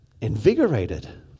invigorated